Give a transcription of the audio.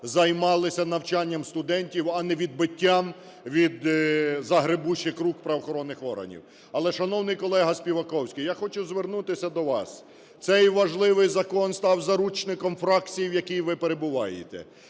займалися навчання студентів, а не відбиттям від загребущих рук правоохоронних органів. Але, шановний колега Співаковський, я хочу звернутися до вас. Цей важливий закон став заручником фракції, в якій ви перебуваєте.